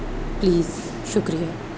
please شکریہ